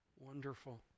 Wonderful